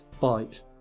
bite